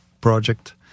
project